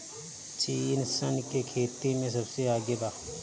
चीन सन के खेती में सबसे आगे बा